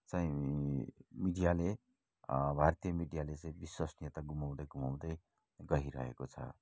चाहिँ मिडियाले भारतीय मिडियाले चाहिँ विश्वसनीयता गुमाउँदै गुमाउँदै गइरहेको छ